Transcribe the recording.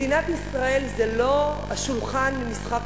מדינת ישראל זה לא השולחן ממשחק